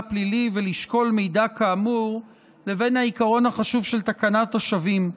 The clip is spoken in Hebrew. פלילי ולשקול מידע כאמור לבין העיקרון החשוב של תקנת השבים,